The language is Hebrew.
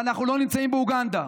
ואנחנו לא נמצאים באוגנדה.